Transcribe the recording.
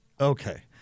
Okay